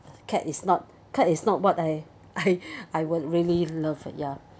cat is not cat is not what I I I won't really love ya